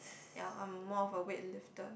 ya I'm more of a weightlifter